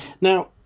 Now